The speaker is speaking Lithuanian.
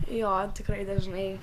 jo tikrai dažnai